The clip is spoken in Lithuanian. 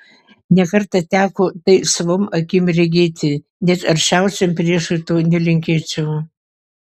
ne kartą teko tai savom akim regėti net aršiausiam priešui to nelinkėčiau